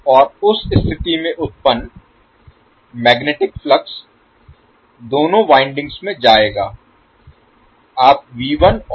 और उस स्थिति में उत्पन्न मैग्नेटिक फ्लक्स दोनों वाइंडिंग्स में जाएगा